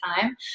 time